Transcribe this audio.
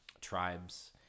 tribes